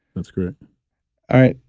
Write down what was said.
that's great all right.